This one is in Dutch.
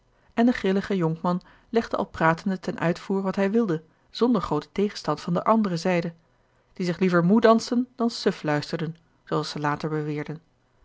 en de grillige jonkman legde al pratende ten uitvoer wat hij wilde zonder grooten tegenstand van der anderer zijde die zich liever moê dansten dan suf luisterden zooals ze later beweerden